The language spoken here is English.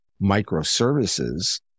microservices